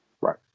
Right